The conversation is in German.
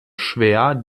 schwer